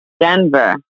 Denver